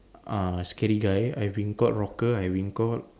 uh scary guy I've been called rocker I've been called